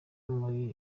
muri